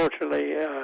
unfortunately